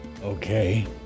Okay